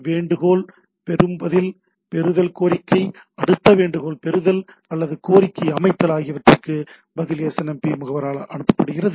வேண்டுகோள் பெறுதல் பதில் பெறுதல் கோரிக்கை அடுத்த வேண்டுகோள் பெறுதல் அல்லது கோரிக்கையை அமைத்தல் ஆகியவற்றுக்கு பதில் SNMP முகவரால் அனுப்பப்பட்டது